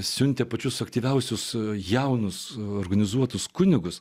siuntė pačius aktyviausius jaunus organizuotus kunigus